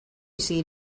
seat